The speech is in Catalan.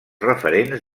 referents